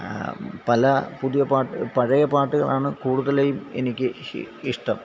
പല പുതിയ പാട്ട് പഴയ പാട്ടുകളാണ് കൂടുതലായും എനിക്ക് ഇഷ്ട്ടം